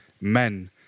men